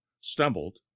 stumbled